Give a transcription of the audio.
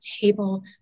table